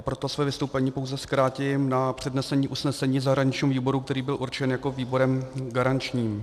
Proto své vystoupení pouze zkrátím na přednesení usnesení zahraničního výboru, který byl určen výborem garančním.